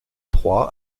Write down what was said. trois